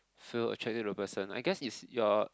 feel attached to the person I guess it's your